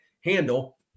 handle